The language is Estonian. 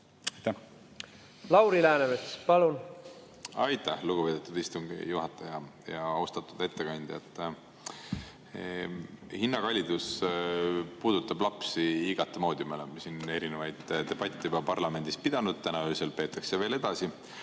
palun! Lauri Läänemets, palun! Aitäh, lugupeetud istungi juhataja! Austatud ettekandja! Hinnakallidus puudutab lapsi igat moodi, me oleme siin erinevaid debatte juba parlamendis pidanud, täna öösel peetakse veel edasi.